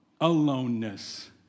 aloneness